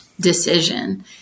decision